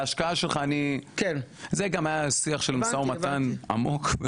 על ההשקעה שלך אני- -- זה גם היה שיח של משא ומתן עמוק,